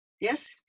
Yes